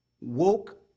woke